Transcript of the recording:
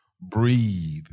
breathe